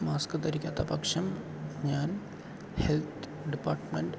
mask ധരിക്കാത്ത പക്ഷം ഞാൻ ഹെൽത്ത് ഡിപ്പാർട്ട്മെൻറ്